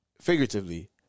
figuratively